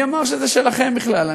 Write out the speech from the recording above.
מי אמר שזה שלכם בכלל?